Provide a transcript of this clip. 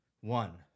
one